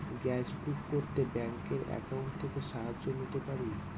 Gas book করতে ব্যাংকের account থেকে সাহায্য নিতে পারি?